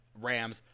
rams